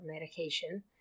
medication